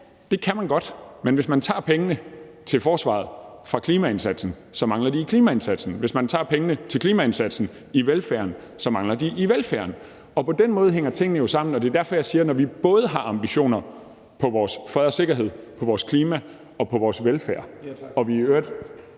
det kan man godt, men hvis man tager pengene til forsvaret fra klimaindsatsen, så mangler de i klimaindsatsen, og hvis man tager pengene til klimaindsatsen fra velfærden, så mangler de i velfærden. På den måde hænger tingene jo sammen, og det er derfor, jeg siger, at når vi både har ambitioner for vores fred og sikkerhed, for vores klima og for vores velfærd